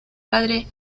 padre